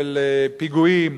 של פיגועים,